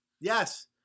Yes